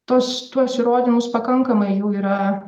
tuos tuos įrodymus pakankamai jų yra